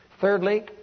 Thirdly